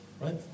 right